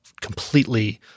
completely